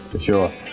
Sure